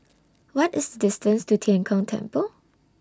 What IS The distance to Tian Kong Temple